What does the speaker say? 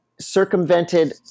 circumvented